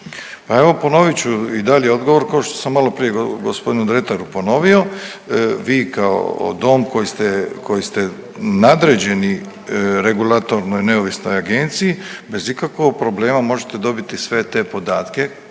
Pa evo ponovit ću i dalje odgovor kao što sam maloprije g. Dretaru ponovio. Vi kao dom koji ste nadređeni regulatornoj neovisnoj agenciji bez ikakvog problema možete dobiti sve te podatke